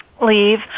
leave